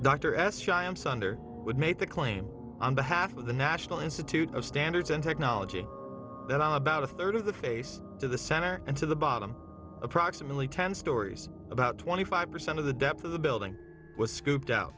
sunder would make the claim on behalf of the national institute of standards and technology about a third of the face to the center and to the bottom approximately ten stories about twenty five percent of the depth of the building was scoop